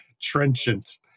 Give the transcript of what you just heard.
trenchant